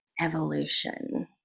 evolution